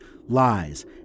lies